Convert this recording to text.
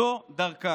זו דרכה.